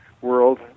world